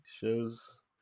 shows